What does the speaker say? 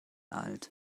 alt